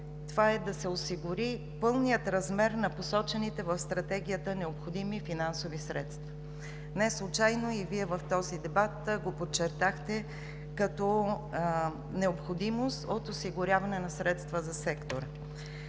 е да се осигури пълният размер на посочените в Стратегията необходими финансови средства. Неслучайно и Вие в дебата го подчертахте като необходимост от осигуряване на средства за сектора.